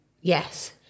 Yes